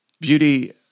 beauty